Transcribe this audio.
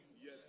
Yes